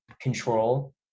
control